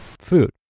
food